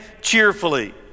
cheerfully